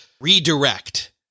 redirect